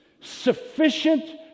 sufficient